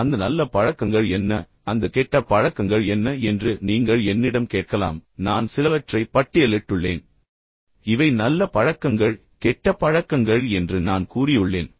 இப்போது அந்த நல்ல பழக்கங்கள் என்ன அந்த கெட்ட பழக்கங்கள் என்ன என்று நீங்கள் என்னிடம் கேட்கலாம் நான் சிலவற்றை பட்டியலிட்டுள்ளேன் இவை நல்ல பழக்கங்கள் கெட்ட பழக்கங்கள் என்று நான் கூறியுள்ளேன்